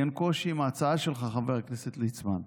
לי אין קושי עם ההצעה שלך, חבר הכנסת ליצמן,